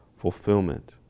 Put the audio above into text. fulfillment